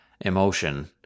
emotion